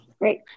great